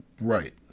Right